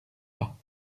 pas